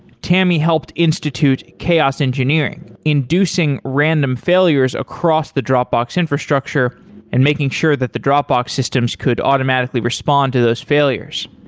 tammy helped institute chaos engineering, inducing random failures across the dropbox infrastructure and making sure that the dropbox systems could automatically respond to those failures.